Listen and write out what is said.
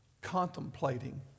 contemplating